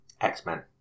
X-Men